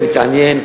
מתעניין,